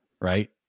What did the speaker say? right